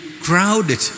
crowded